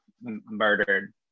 murdered